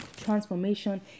transformation